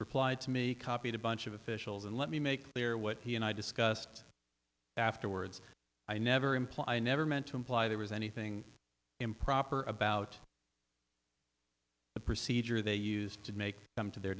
replied to me copied a bunch of officials and let me make clear what he and i discussed afterwards i never implied i never meant to imply there was anything improper about the procedure they used to make the